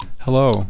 Hello